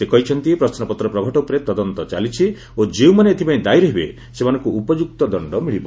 ସେ କହିଛନ୍ତି ପ୍ରଶ୍ନପତ୍ର ପ୍ରଘଟ ଉପରେ ତଦନ୍ତ ଚାଲିଛି ଓ ଯେଉଁମାନେ ଏଥିପାଇଁ ଦାୟୀ ରହିବେ ସେମାନଙ୍କୁ ଉପଯୁକ୍ତ ଦଣ୍ଡ ମିଳିବ